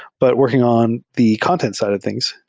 but working on the content side of things.